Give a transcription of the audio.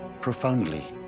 profoundly